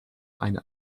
eine